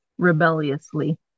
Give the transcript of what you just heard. rebelliously